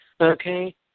okay